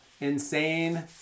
insane